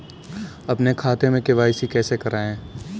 अपने खाते में के.वाई.सी कैसे कराएँ?